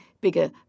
bigger